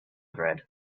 bread